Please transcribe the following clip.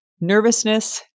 nervousness